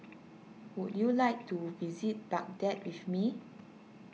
would you like to visit Baghdad with me